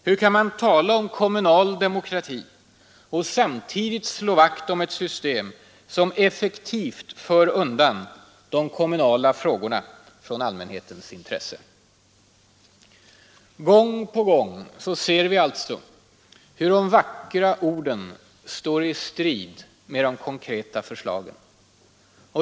Hur kan man tala om kommunal demokrati och samtidigt slå vakt om ett system som effektivt för undan de kommunala frågorna från allmänhetens intresse? Gång på gång ser vi alltså hur de vackra orden står i strid med de konkreta förslagen.